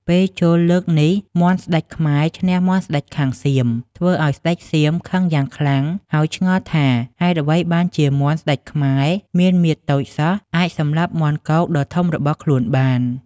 ពេលជល់លើកនេះមាន់ស្ដេចខ្មែរឈ្នះមាន់ខាងស្ដេចសៀម ធ្វើឲ្យស្ដេចសៀមខឹងយ៉ាងខ្លាំងហើយឆ្ងល់ថា ហេតុអ្វីបានជាមាន់ស្ដេចខ្មែរមានមាឌតូចសោះអាចសម្លាប់មាន់គកដ៏ធំរបស់ខ្លួនបាន។